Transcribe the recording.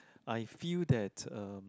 I feel that um